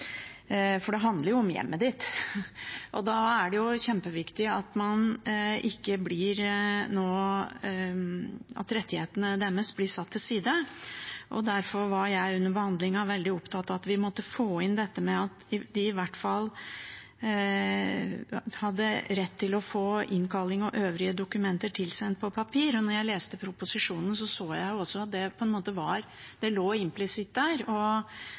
da er det kjempeviktig at ikke rettighetene deres blir satt til side. Derfor var jeg under behandlingen veldig opptatt av at vi måtte få inn dette med at de i hvert fall hadde rett til å få innkalling og øvrige dokumenter tilsendt på papir. Da jeg leste proposisjonen, så jeg også at det lå implisitt der, og derfor var det viktig at vi skrev det litt tydeligere, for jeg tror ikke det er så mange som skal praktisere denne midlertidige loven, som sitter og